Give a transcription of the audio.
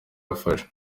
yafashe